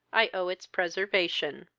i owe its preservation.